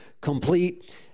complete